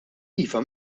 iva